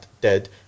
dead